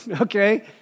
okay